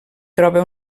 troba